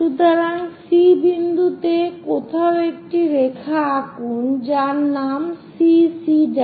সুতরাং C বিন্দুতে কোথাও একটি রেখা আঁকুন যার নাম CC'